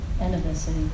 anniversary